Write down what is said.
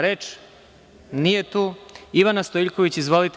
Reč ima Ivana Stojiljković, izvolite.